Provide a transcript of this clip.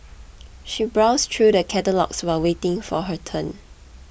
she browsed through the catalogues while waiting for her turn